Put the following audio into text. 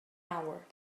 hour